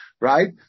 Right